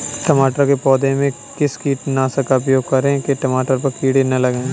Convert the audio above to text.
टमाटर के पौधे में किस कीटनाशक का उपयोग करें कि टमाटर पर कीड़े न लगें?